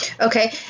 Okay